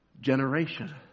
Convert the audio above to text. generation